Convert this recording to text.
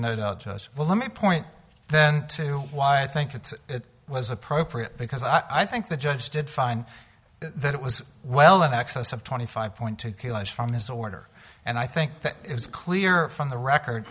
no doubt well let me point then to why i think that it was appropriate because i think the judge did find that it was well in excess of twenty five point two killings from his order and i think it's clear from the record